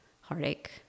heartache